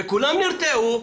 וכולם נרתעו,